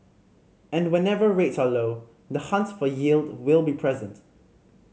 and whenever rates are low the hunt for yield will be present